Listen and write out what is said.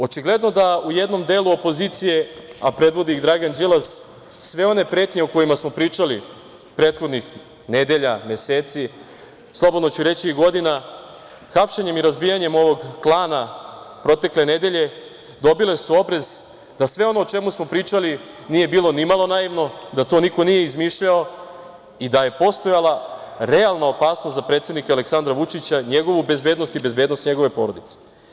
Očigledno da u jednom delu opozicije, a predvodi ih Dragan Đilas, sve one pretnje o kojima smo pričali prethodnih nedelja, meseci, slobodno ću reći i godina, hapšenjem i razbijanjem ovog klana protekle nedelje dobile su obris da sve ono o čemu smo pričali nije bilo ni malo naivno, da to niko nije izmišljao i da je postojala realna opasnost za predsednika Aleksandra Vučića, njegovu bezbednost i bezbednost njegove porodice.